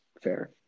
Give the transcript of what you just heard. fair